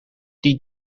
die